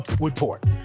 report